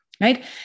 right